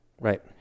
Right